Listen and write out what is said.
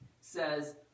says